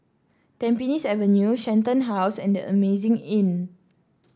Tampines Avenue Shenton House and The Amazing Inn